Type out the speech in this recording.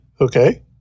Okay